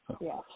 Yes